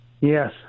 Yes